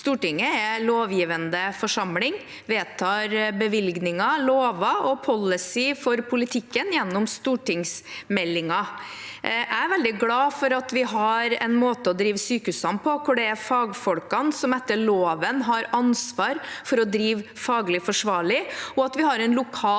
Stortinget er lovgivende forsamling, vedtar bevilgninger, lover og policy for politikken gjennom stortingsmeldinger. Jeg er veldig glad for at vi har en måte å drive sykehusene på hvor det er fagfolkene som etter loven har ansvar for å drive faglig forsvarlig, og at vi har en lokal